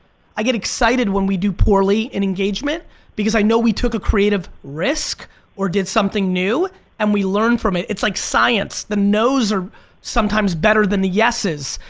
i get excited when we do poorly in engagement because i know we took a creative risk or did something new and we learned from it. it's like science. the nos are sometimes better than the yeses.